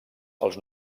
els